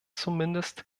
zumindest